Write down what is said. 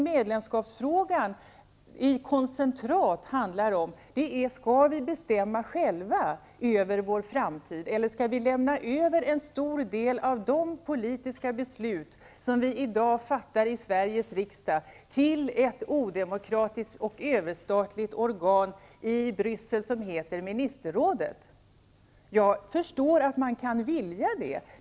Medlemskapsfrågan i koncentrat är: Skall vi bestämma själva över vår framtid, eller skall vi lämna över en stor del av de politiska beslut som vi i dag fattar i Sveriges riksdag till ett odemokratiskt och överstatligt organ i Bryssel som heter Ministerrådet? Jag förstår att man kan vilja det.